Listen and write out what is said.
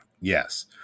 yes